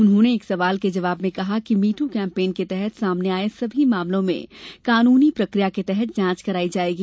उन्होंने एक सवाल के जवाब में कहा कि मी दू कैंपेन के तहत सामने आये सभी मामलों में कानूनी प्रक्रिया के तहत जांच करायी जाएगी